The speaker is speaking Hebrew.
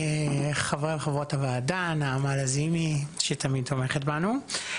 חברי וחברות הוועדה, נעמה לזימי שתמיד תומכת בנו.